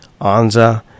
Anza